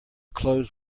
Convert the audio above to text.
clothes